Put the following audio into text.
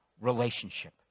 relationship